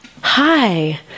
Hi